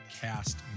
cast